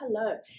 hello